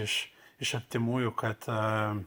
iš iš artimųjų kad ta